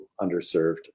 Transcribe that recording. underserved